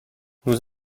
nous